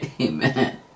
Amen